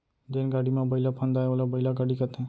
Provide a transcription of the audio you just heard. जेन गाड़ी म बइला फंदाये ओला बइला गाड़ी कथें